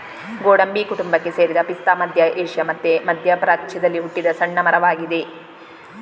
ಗೋಡಂಬಿ ಕುಟುಂಬಕ್ಕೆ ಸೇರಿದ ಪಿಸ್ತಾ ಮಧ್ಯ ಏಷ್ಯಾ ಮತ್ತೆ ಮಧ್ಯ ಪ್ರಾಚ್ಯದಲ್ಲಿ ಹುಟ್ಟಿದ ಸಣ್ಣ ಮರವಾಗಿದೆ